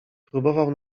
próbował